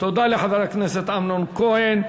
תודה לחבר הכנסת אמנון כהן.